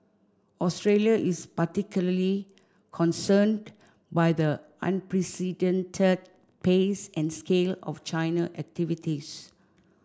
Australia is particularly concerned by the unprecedented pace and scale of China activities